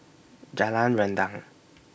Jalan Rendang